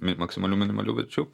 mi maksimalių minimalių verčių